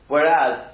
Whereas